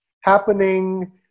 happening